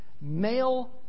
Male